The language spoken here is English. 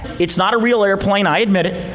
it's not a real airplane, i admit it.